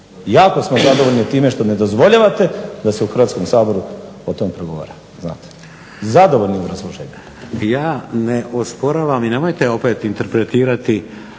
Jako smo zadovoljni time što ne dozvoljavate da se u Hrvatskom saboru o tome progovara. Zadovoljni obrazloženjem.